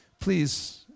please